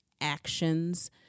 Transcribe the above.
actions